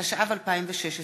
התשע"ו 2016,